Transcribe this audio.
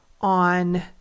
on